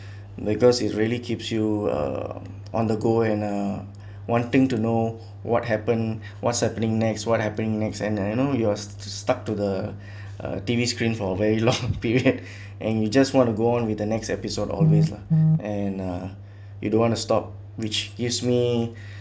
because it's really keeps you uh on the go and uh wanting to know what happen what's happening next what happening next and you know you're s~ stuck to the uh T_V screen for very long period and you just want to go on with the next episode always lah and uh you don't want to stop which gives me